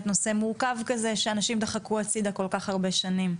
נושא מורכב כזה שאנשים דחקו הצידה כל כך הרבה שנים.